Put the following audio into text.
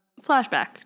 Flashback